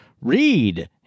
Read